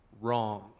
wrong